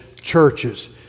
churches